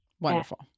Wonderful